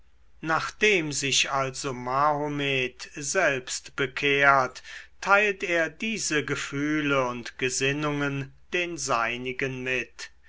nachdem sich also mahomet selbst bekehrt teilt er diese gefühle und gesinnungen den seinigen mit